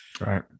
right